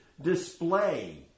display